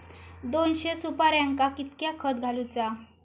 दोनशे सुपार्यांका कितक्या खत घालूचा?